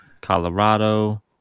Colorado